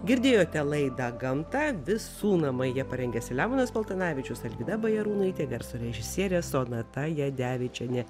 girdėjote laidą gamta visų namai ją parengė selemonas paltanavičius alvyda bajarūnaitė garso režisierė sonata jadevičienė